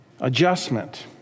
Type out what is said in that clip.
Adjustment